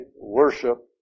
worship